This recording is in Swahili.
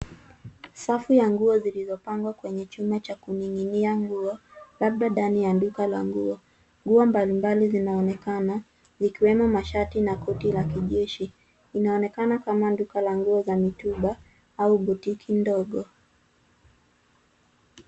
Safu ya nguo zilizopangwa kwenye chuma cha kuning'inia nguo labda ndani ya duka la nguo. Nguo mbali mbali zinaonekana zikiwemo mashati na koti la kijeshi .Inaonekana kama duka la nguo la mitumba au botiki ndogo.